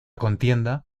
contienda